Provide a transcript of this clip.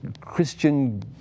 Christian